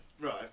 Right